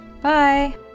Bye